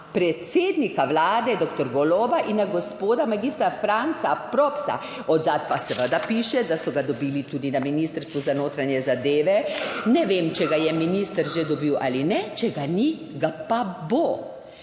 predsednika Vlade doktor Goloba in na gospoda magistra Franca Propsa, od zadaj pa seveda piše, da so ga dobili tudi na ministrstvu za notranje zadeve, ne vem, če ga je minister že dobil ali ne, če ga ni, ga pa bo.